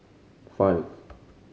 five